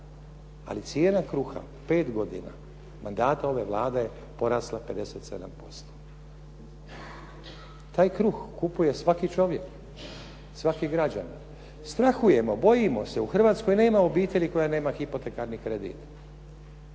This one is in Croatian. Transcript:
Ali cijena kruha u 5 godina mandata ove Vlade je porasla 57%. Taj kruh kupuje svaki čovjek, svaki građanin. Strahujemo, bojimo se. U Hrvatskoj nema obitelji koja nema hipotekarni kredit,